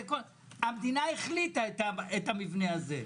המדינה החליטה את המבנה הזה.